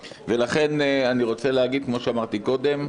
לכן, כמו שאמרתי קודם,